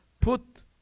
put